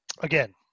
Again